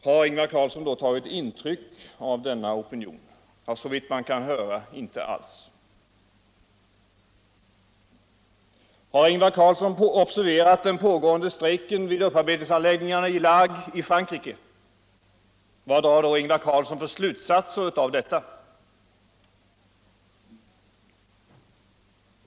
Har Ingvar Carlsson då tagit intryck av denna opinion? Såvitt man kan höra inte alls. Har Ingvar Carlsson observerat den pågående strejken vid upparbetningsanläggningarna i La Hague i Frankrike? Vad drar han för slutsatser av den?